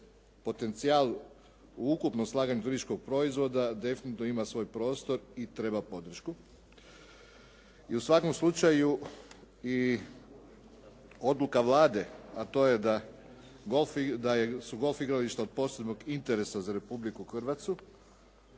potencijal u ukupnom slaganju turističkog proizvoda definitivno ima svoj prostor i treba podršku. I u svakom slučaju i odluka Vlade, a to je da, da su golf igrališta od posebnog interesa za Republiku Hrvatsku